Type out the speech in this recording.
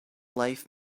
life